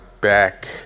back